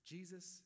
Jesus